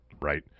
right